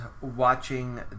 watching